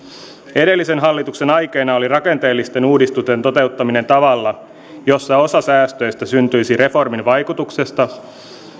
edellisen hallituksen aikeena oli rakenteellisten uudistusten toteuttaminen tavalla jossa osa säästöstä syntyisi reformin vaikutuksesta